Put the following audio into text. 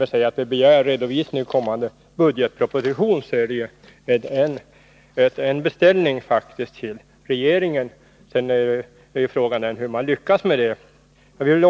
Utskottet begär redovisning i kommande budgetproposition, och det är alltså en faktisk beställning till regeringen. Sedan är ju frågan, hur man lyckas i det här avseendet.